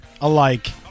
alike